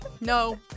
no